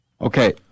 Okay